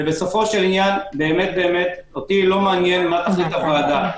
בסופו של עניין באמת אותי לא מעניין מה תחליט הוועדה.